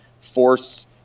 force